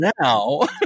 now